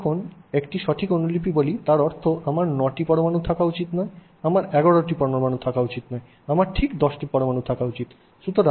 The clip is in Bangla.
আমি যখন একটি সঠিক অনুলিপি বলি তার অর্থ হল আমার 9 টি পরমাণু থাকা উচিত নয় আমার 11 পরমাণু থাকা উচিত নয় আমার ঠিক 10 পরমাণু থাকা উচিত